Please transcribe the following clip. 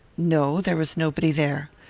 no there was nobody there.